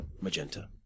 Magenta